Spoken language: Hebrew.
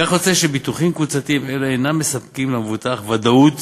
כך יוצא שביטוחים קבוצתיים אלה אינם מספקים למבוטח ודאות